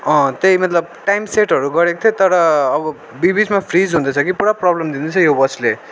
अँ त्यही मतलब टाइम सेटहरू गरेको थिएँ तर अब बि बिचमा फ्रिज हुँदैछ कि पुरा प्रब्लम दिँदैछ यो वाचले